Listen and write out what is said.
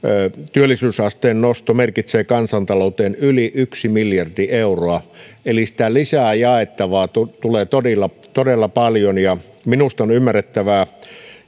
työllisyysasteen nosto merkitsee kansantaloudelle yli yksi miljardi euroa eli lisää jaettavaa tulee tulee todella todella paljon minusta on ymmärrettävää